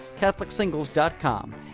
CatholicSingles.com